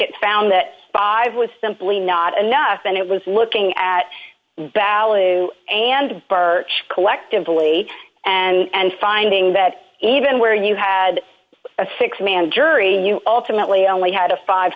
it found that five was simply not enough and it was looking at ballyhoo and bar collectively and finding that even where you had a six man jury you ultimately only had a five